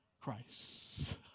Christ